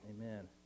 Amen